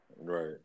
Right